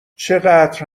چقدر